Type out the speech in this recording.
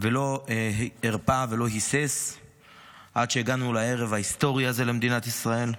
ולא הרפה ולא היסס עד שהגענו לערב ההיסטורי הזה למדינת ישראל,